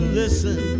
listen